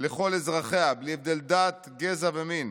לכל אזרחיה בלי הבדל דת, גזע ומין,